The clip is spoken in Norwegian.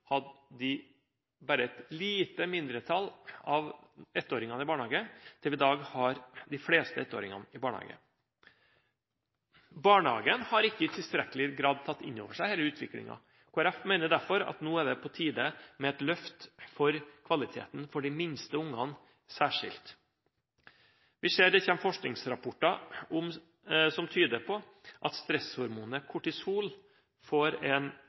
bare et lite mindretall av ettåringene i barnehage, til vi i dag har de fleste ettåringene i barnehage. Barnehagen har ikke i tilstrekkelig grad tatt inn over seg denne utviklingen. Kristelig Folkeparti mener derfor at nå er det på tide med et løft for kvaliteten for de minste ungene